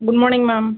good morning ma'am